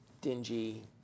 dingy